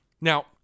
Now